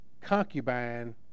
concubine